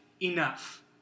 enough